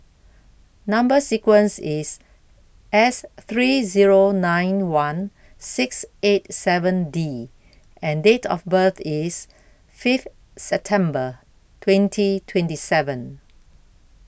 Number sequence IS S three Zero nine one six eight seven D and Date of birth IS Fifth September twenty twenty seven